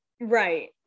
right